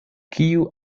kiu